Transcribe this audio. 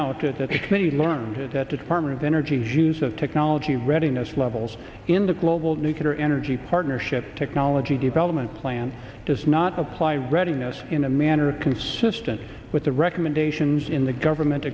twenty learned it at the department of energy's use of technology readiness levels in the global nuclear energy partnership technology development plan does not apply readiness in a manner consistent with the recommendations in the government